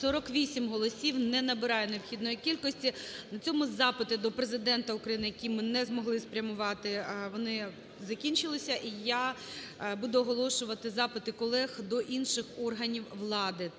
48 голосів, не набирає необхідної кількості. 11:16:15 ГОЛОВУЮЧИЙ. На цьому запити до Президента України, які ми не змогли спрямувати, вони закінчилися, і я буду оголошувати запити колег до інших органів влади